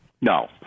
No